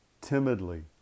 timidly